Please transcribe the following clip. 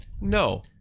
No